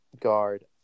guard